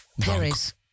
Paris